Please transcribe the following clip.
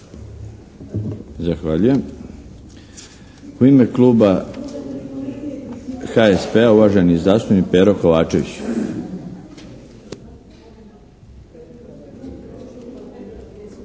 Zahvaljujem. U ime kluba HSP-a, uvaženi zastupnik Pero Kovačević.